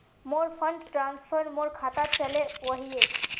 मोर fund transfer मोर खातात चले वहिये